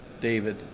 David